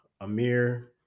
Amir